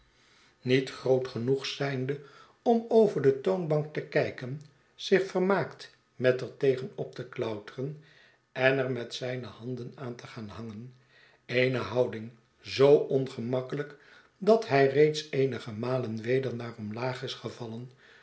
niet groot genoeg zynde om over de toonbank te kyken zich vermaakt met er tegen op te klouteren en er met zijne handen aan te gaan hangen eene houding zoo ongemakkelijk dat hij reeds eenige malen weder naar omlaag is gevallen